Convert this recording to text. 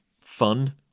fun